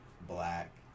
black